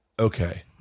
Okay